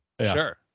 sure